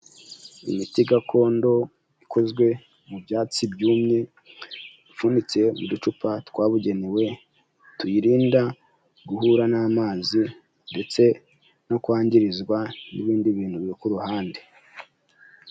Imiti gakondo ikozwe mu byatsi byumye, ipfunyitse mu ducupa twabugenewe tuyirinda guhura n'amazi ndetse no kwangirizwa n'ibindi bintu byo ku ruhande.